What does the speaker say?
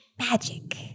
magic